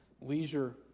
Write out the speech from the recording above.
Leisure